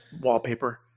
wallpaper